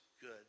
good